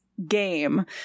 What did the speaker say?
game